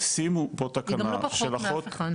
שימו פה תקנה של אחות --- היא לא פחות מאף אחד.